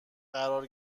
قرار